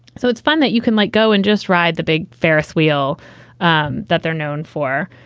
so it's fun that you can like go and just ride the big ferris wheel um that they're known for.